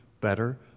better